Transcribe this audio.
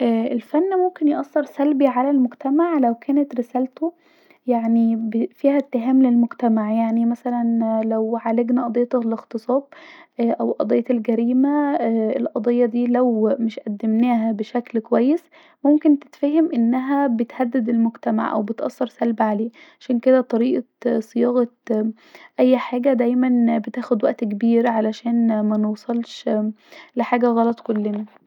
الفن ممكن يأثر سلبي علي المجتمع لو كانت رسالته فيها اتهام للمجتمع يعني مثلا لو عالجنا قضيه الاغتصاب أو قضيه الجريمه القضيه ديه لو مش قدمناها بشكل كويس ممكن تتفهم أنها بتهدد المجتمع أو بتاثر سلبي عليه عشان كدا طريقه الصياغة اي حاجه دايما بتاخد وقت كبير عشان منوصلش بحاجه غلط كلنا